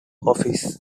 office